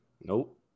Nope